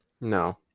no